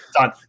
done